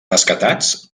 rescatats